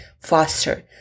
faster